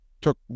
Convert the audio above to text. took